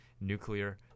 nuclear